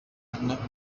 yatangaga